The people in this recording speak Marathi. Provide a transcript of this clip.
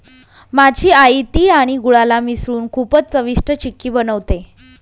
माझी आई तिळ आणि गुळाला मिसळून खूपच चविष्ट चिक्की बनवते